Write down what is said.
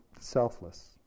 selfless